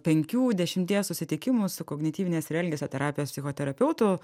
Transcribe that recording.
penkių dešimties susitikimų su kognityvinės ir elgesio terapijos psichoterapeutu